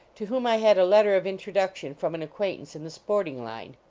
to whom i had a letter of introduction from an acquaintance in the sporting line.